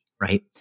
right